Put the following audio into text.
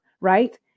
right